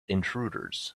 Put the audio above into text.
intruders